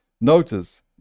Notice